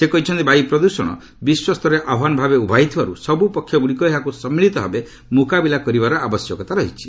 ସେ କହିଛନ୍ତି ବାୟୁ ପ୍ରଦୃଷଣ ବିଶ୍ୱ ସ୍ତରରେ ଆହ୍ୱାନ ଭାବେ ଉଭା ହୋଇଥିବାରୁ ସବୁ ପକ୍ଷଗୁଡ଼ିକ ଏହାକୁ ସମ୍ମିଳିତଭାବେ ମୁକାବିଲା କରିବାର ଆବଶ୍ୟକତା ରହିଛି